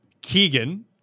Keegan